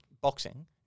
boxing